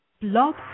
Blog